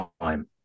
time